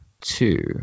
two